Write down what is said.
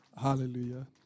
Hallelujah